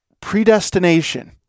predestination